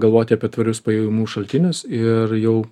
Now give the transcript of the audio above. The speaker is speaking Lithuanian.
galvoti apie tvarius pajamų šaltinius ir jau